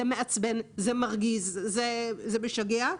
זה מעצבן, זה מרגיז, זה משגע.